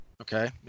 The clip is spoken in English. Okay